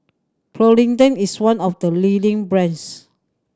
Polident is one of the leading brands